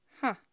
Huh